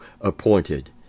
appointed